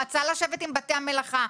הוא רצה לשבת עם בתי המלאכה.